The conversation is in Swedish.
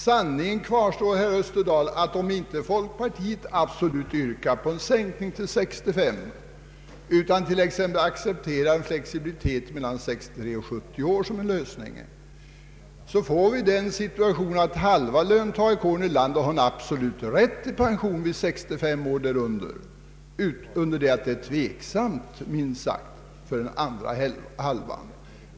Sanningen kvarstår, herr Österdahl, att om folkaprtiet inte absolut yrkar på en sänkning till 65 år — utan t.ex. accepterar en flexibilitet mellan 63 och 70 år såsom en lösning — får vi den situationen att halva löntagarkåren i landet har en absolut rätt till pension vid 65 år och därunder, under det att det är minst sagt tveksamt för den andra hälften.